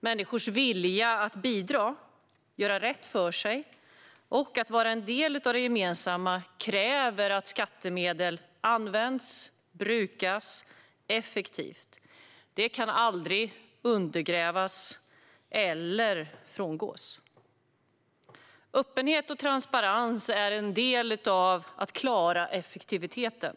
Människors vilja att bidra, att göra rätt för sig och att vara en del av det gemensamma kräver att skattemedel används och brukas effektivt. Detta kan aldrig undergrävas eller frångås. Öppenhet och transparens är en del av att klara effektiviteten.